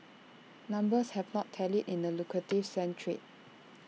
numbers have not tallied in the lucrative sand trade